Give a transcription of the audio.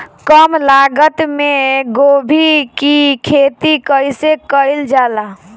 कम लागत मे गोभी की खेती कइसे कइल जाला?